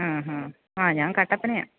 ആ ഹാ ആ ഞാന് കട്ടപ്പനയാണ്